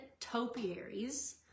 topiaries